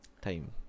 time